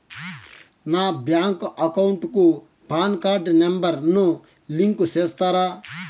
నా bank account కు PAN card number ను లింకు సేస్తారా?